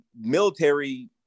military